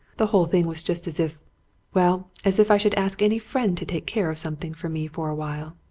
the whole thing was just as if well, as if i should ask any friend to take care of something for me for a while.